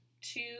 two